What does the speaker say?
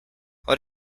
what